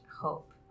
hope